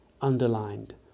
underlined